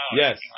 Yes